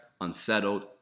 unsettled